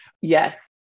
Yes